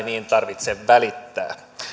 niin tarvitse välittää